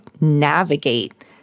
navigate